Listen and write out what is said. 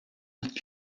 het